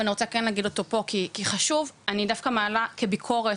אני דווקא מעלה כביקורת,